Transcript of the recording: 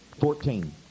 Fourteen